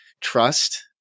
trust